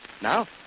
Now